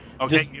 okay